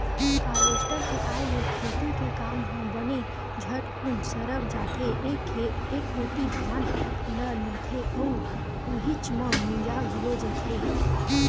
harvester के आय ले खेती के काम ह बने झटकुन सरक जाथे एक कोती धान ल लुथे अउ उहीच म मिंजा घलो जथे